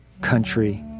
Country